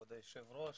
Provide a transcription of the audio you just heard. כבוד היושב-ראש.